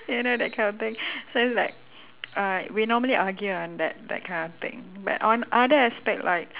you know that kind of thing so it's like we normally argue on that that kind of thing but on other aspect like